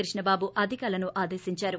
కృష్ణబాబు అధికారులను ఆదేశించారు